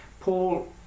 Paul